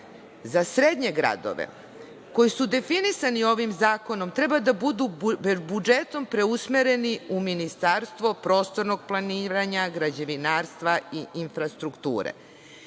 za srednje gradove koji su definisani ovim zakonom, treba da budu budžetom preusmereni u Ministarstvo prostornog planiranja, građevinarstva i infrastrukture?